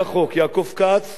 חבר הכנסת יריב לוין,